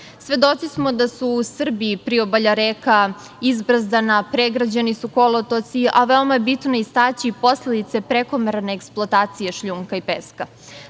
cenu. Svedoci smo da su Srbi priobalja reka, izbrazdana, pregrađeni su kolotoci, a veoma je bitno istaći posledice prekomerne eksploatacije šljunka i peska.